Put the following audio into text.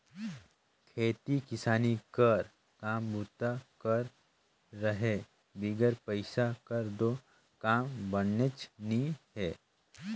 खेती किसानी कर काम बूता कर रहें बिगर पइसा कर दो काम बननेच नी हे